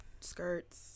skirts